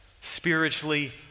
Spiritually